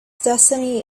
destiny